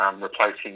replacing